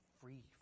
free